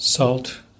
Salt